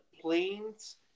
planes